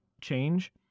change